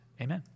Amen